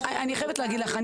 אני חייבת להגיד לך,